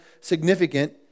significant